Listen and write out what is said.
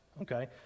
okay